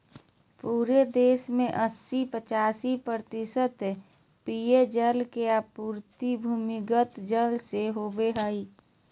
पूरे देश में अस्सी पचासी प्रतिशत पेयजल के आपूर्ति भूमिगत जल से होबय हइ